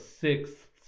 sixth